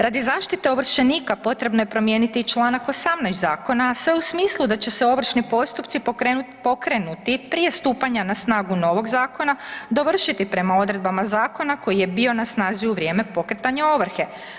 Radi zaštite ovršenika potrebno je promijeniti i čl. 18 zakona, a sve u smislu da će se ovršni postupci pokrenuti prije stupanja na snagu novog zakona dovršiti prema odredbama zakona koji je bio na snazi u vrijeme pokretanja ovrhe.